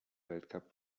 weltcup